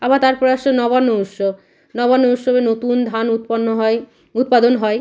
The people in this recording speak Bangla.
আবার তারপরে আসসে নবান্ন উৎসব নবান্ন উৎসবে নতুন ধান উৎপন্ন হয় উৎপাদন হয়